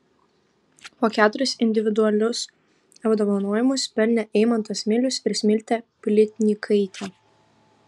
po keturis individualius apdovanojimus pelnė eimantas milius ir smiltė plytnykaitė